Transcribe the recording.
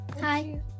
Hi